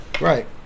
Right